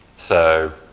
so,